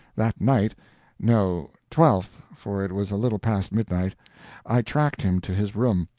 that night no, twelfth, for it was a little past midnight i tracked him to his room,